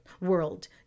world